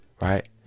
right